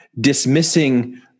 dismissing